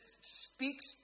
speaks